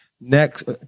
next